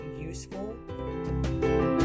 useful